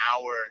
hour